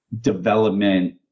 development